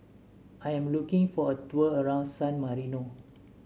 I am looking for a tour around San Marino